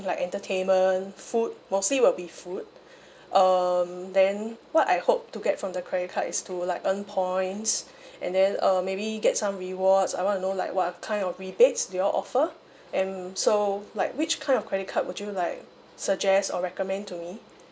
like entertainment food mostly will be food um then what I hope to get from the credit card is to like earn points and then um maybe get some rewards I want to know like what kind of rebates do you all offer and so like which kind of credit card would you like suggest or recommend to me